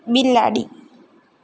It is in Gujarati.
બિલાડી